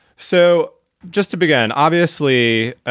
so just to begin, obviously,